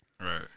Right